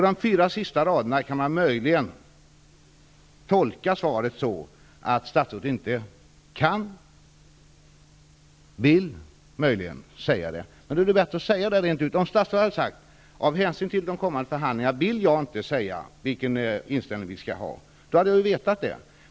De fyra sista raderna i svaret kan man möjligen tolka som att statsrådet inte kan eller möjligen inte vill säga det. Men det hade varit bättre om statsrådet hade sagt det rent ut. Om statsrådet hade sagt: Av hänsyn till de kommande förhandlingarna vill jag inte säga vilken inställning vi skall ha. Då hade jag vetat det.